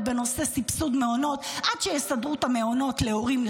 בנושא סבסוד מעונות עד שיסדרו את המעונות להורים,